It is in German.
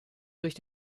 durch